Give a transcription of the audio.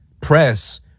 press